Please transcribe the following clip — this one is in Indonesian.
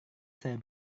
saya